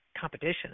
competition